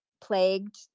plagued